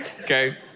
okay